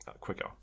quicker